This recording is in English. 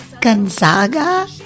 Gonzaga